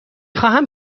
خواهم